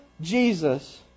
Jesus